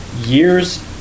years